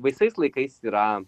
visais laikais yra